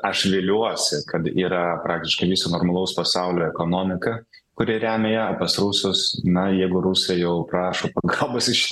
aš gailiuosi kad yra praktiškai viso normalaus pasaulio ekonomika kuri remia ją pas rusus na jeigu rusai jau prašo pagalbos iš